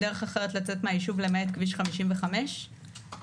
ארי, יו"ר ועדת ביטחון פנים: כן.